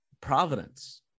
Providence